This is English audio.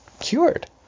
cured